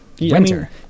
winter